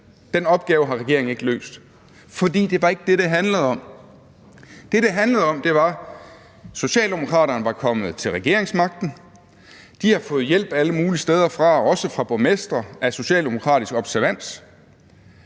Den opgave har regeringen ikke løst. For det var ikke det, det handlede om. Det, det handlede om, var, at Socialdemokraterne var kommet til regeringsmagten, de havde fået hjælp alle mulige steder fra, også fra borgmestre af socialdemokratisk observans,